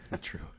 True